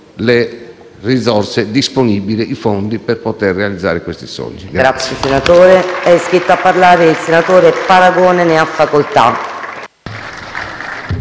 le risorse disponibili, i fondi per poter realizzare questi sogni.